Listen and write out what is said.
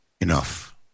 enough